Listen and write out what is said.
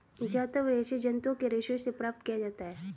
जांतव रेशे जंतुओं के रेशों से प्राप्त किया जाता है